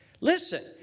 Listen